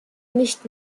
nicht